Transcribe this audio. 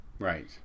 Right